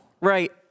right